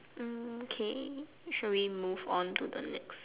mm okay should we move on to the next